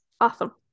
awesome